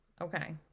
Okay